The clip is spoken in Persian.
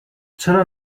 چرا